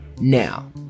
Now